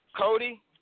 Cody